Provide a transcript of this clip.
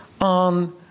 on